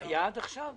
היה עד עכשיו?